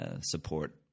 support